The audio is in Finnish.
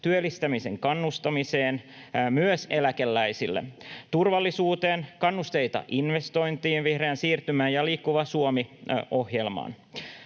työllistämisen kannustamiseen, myös eläkeläisille, turvallisuuteen, kannusteita investointiin, vihreään siirtymään ja Liikkuva Suomi ‑ohjelmaan.